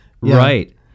Right